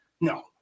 No